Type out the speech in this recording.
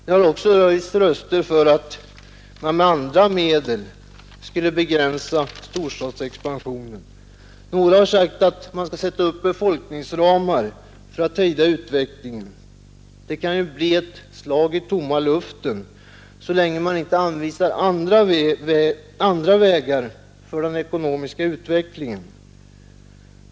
Det har också höjts röster för att man med andra medel skulle begränsa storstadsexpansionen. Några har sagt att man skall ställa upp befolkningsramar för att hejda utvecklingen. Detta krav blir ett slag i tomma luften, så länge inte andra vägar kan anvisas för den ekonomiska utvecklingen.